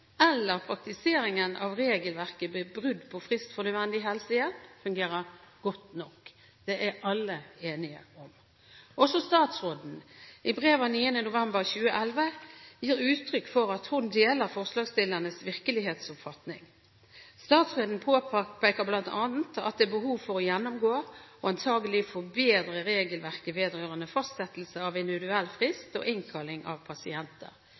eller praktiseringen av regelverket ved brudd på frist for nødvendig helsehjelp fungerer godt nok. Det er alle enige om. Også statsråden – i brev av 9. november 2011 – gir uttrykk for at hun deler forslagsstillernes virkelighetsoppfatning. Statsråden påpeker bl.a. at det er behov for å gjennomgå, og antakelig forbedre, regelverket vedrørende fastsettelse av individuell frist og innkalling av pasienter.